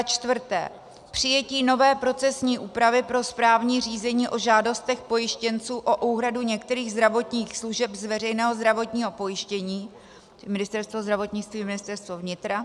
4. přijetí nové procesní úpravy pro správní řízení o žádostech pojištěnců o úhradu některých zdravotních služeb z veřejného zdravotního pojištění Ministerstvo zdravotnictví, Ministerstvo vnitra;